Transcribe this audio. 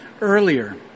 earlier